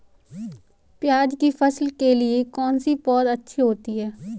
प्याज़ की फसल के लिए कौनसी पौद अच्छी होती है?